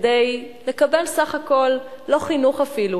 כדי לקבל בסך הכול לא חינוך אפילו,